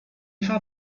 had